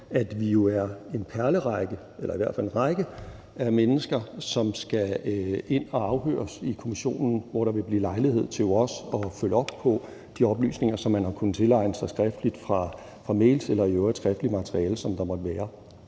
at udføre sit arbejde på, ligesom vi jo er en række mennesker, som skal ind og afhøres i kommissionen, hvor der jo også vil være lejlighed til at følge op på de oplysninger, man har kunnet tilegne sig skriftligt fra mails eller øvrigt skriftligt materiale, der måtte være.